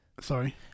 Sorry